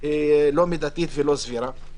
לא מידתית ולא סבירה.